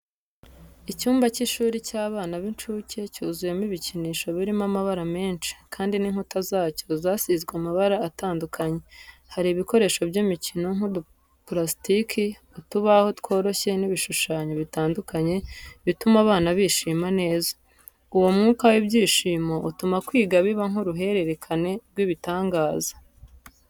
Icyumba cy’ishuri cy’abana b’incuke cyuzuyemo ibikinisho birimo amabara menshi, kandi n’inkuta zacyo zasizwe amabara atandukanye. Hari ibikoresho by’imikino nk’udupurasitiki, utubaho tworoshye n’ibishushanyo bitandukanye bituma abana bishima neza. Uwo mwuka w’ibyishimo utuma kwiga biba nk’uruhererekane rw’ibitangaza.